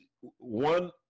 one